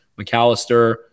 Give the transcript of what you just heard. McAllister